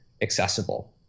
accessible